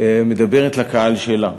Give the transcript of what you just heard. מדברת לקהל שלה,